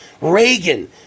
Reagan